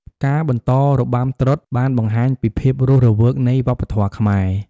ការបន្តរបាំត្រុដិបានបង្ហាញពីភាពរស់រវើកនៃវប្បធម៌ខ្មែរ។